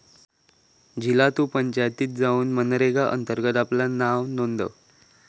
झिला तु पंचायतीत जाउन मनरेगा अंतर्गत आपला नाव नोंदव